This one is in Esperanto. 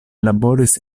laboris